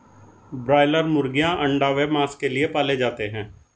broiler मुर्गीयां अंडा व मांस के लिए पाले जाते हैं